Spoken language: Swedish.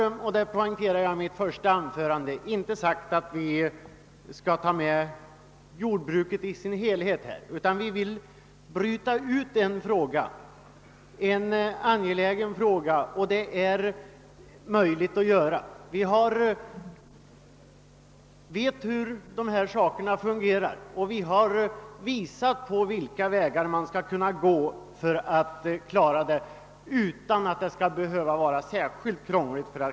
Som jag poängterade i mitt första anförande har vi inte sagt att vi nu skall ta med jordbruket i dess helhet utan att vi vill bryta ut en angelägen fråga, vilket det är möjligt att göra. Vi vet hur dessa saker fungerar, och vi har visat vilka vägar man skulle kunna gå för att ordna ett provisorium utan att det blir särskilt krångligt.